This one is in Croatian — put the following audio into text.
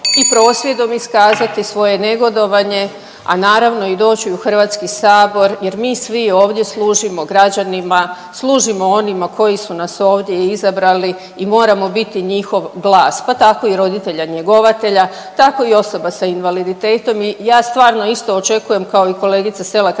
i prosvjedom iskazati svoje negodovanje, a naravno i doći u Hrvatski sabor jer mi svi ovdje služimo građanima, služimo onima koji su nas ovdje izabrali i moramo biti njihov glas. Pa tako i roditelja njegovatelja, tako i osoba sa invaliditetom i ja stvarno isto očekujem kao i kolegica Selak Raspudić